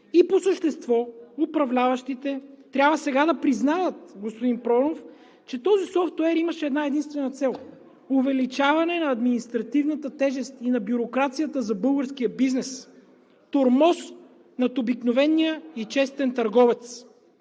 По същество управляващите трябва сега да признаят, господин Проданов, че този софтуер имаше една-единствена цел: увеличаване на административната тежест и на бюрокрацията за българския бизнес; тормоз над обикновения и честен търговец